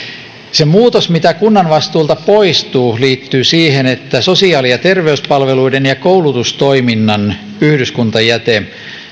se muutos mitä kunnan vastuulta poistuu liittyy siihen että sosiaali ja terveyspalveluiden ja koulutustoiminnan yhdyskuntajäte